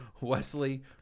Wesley